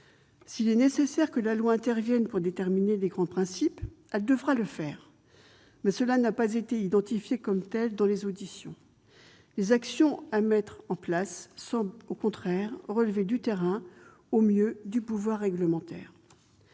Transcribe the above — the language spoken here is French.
S'il est nécessaire que la loi intervienne pour déterminer de grands principes, elle le fera, mais ce besoin n'a pas été identifié lors des auditions : les actions à mettre en place semblent, au contraire, relever du terrain, au mieux du pouvoir réglementaire.